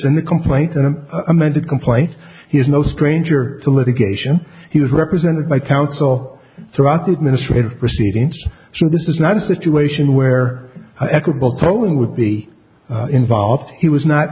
been a complaint and an amended complaint he is no stranger to litigation he was represented by counsel throughout the administrative proceedings so this is not a situation where equitable tolling would be involved he was not